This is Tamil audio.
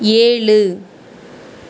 ஏழு